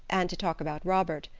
and to talk about robert,